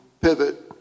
pivot